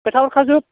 खोथा हरखाजोब